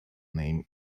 name